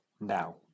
now